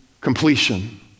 completion